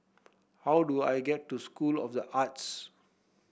how do I get to School of the Arts